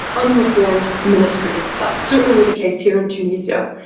unreformed ministries. that's certainly the case here in tunisia.